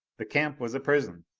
the camp was a prison!